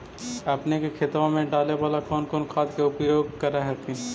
अपने के खेतबा मे डाले बाला कौन कौन खाद के उपयोग कर हखिन?